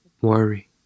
worry